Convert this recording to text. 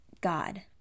God